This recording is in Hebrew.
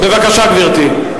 בבקשה, גברתי.